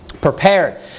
prepared